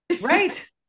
Right